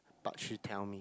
but she tell me